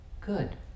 Good